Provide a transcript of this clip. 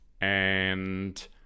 And-